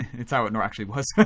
it's how it and actually was.